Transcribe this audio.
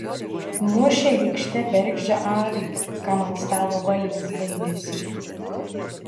mušė rykšte bergždžią avį kam ant stalo valgis baigėsi